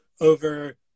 over